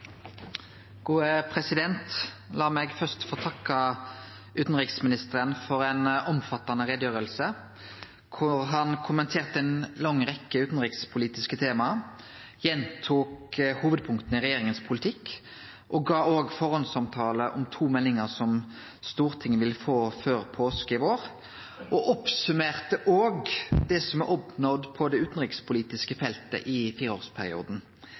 meg først få takke utanriksministeren for ei omfattande utgreiing, der han kommenterte ei lang rekkje utanrikspolitiske tema, gjentok hovudpunkta i regjeringas politikk, gav førehandsomtale av to meldingar som Stortinget vil få før påske i vår, og summerte òg opp det som er oppnådd på det utanrikspolitiske feltet i fireårsperioden.